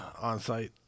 on-site